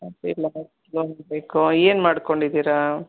ಇಲ್ಲದ ಲೋನ್ ಬೇಕು ಏನು ಮಾಡಿಕೊಂಡಿದ್ದೀರಾ